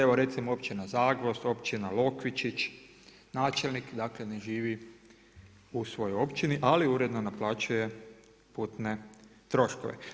Evo recimo Općina Zagvozd, Općina Lokvičić, načelnik ne živi u svojoj općini ali uredno naplaćuje putne troškove.